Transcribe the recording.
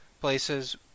places